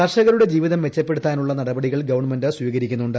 കർഷകരുടെ ജീവിതം മെച്ചപ്പെടുത്താനുള്ള നൂടപ്പട്ടികൾ ഗവൺമെന്റ് സ്വീകരിക്കുന്നുണ്ട്